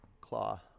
claw